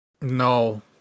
No